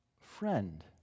Friend